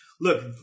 Look